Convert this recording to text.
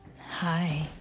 Hi